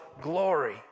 glory